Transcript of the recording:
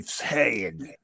head